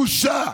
בושה.